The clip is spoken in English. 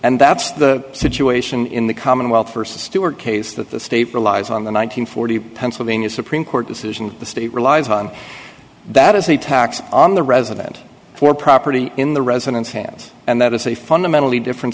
and that's the situation in the commonwealth versus stewart case that the state relies on the one nine hundred forty pennsylvania's supreme court decision the state relies on that as a tax on the resident for property in the residents have and that is a fundamentally different